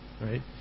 right